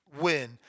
win